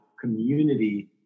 community